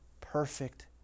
perfect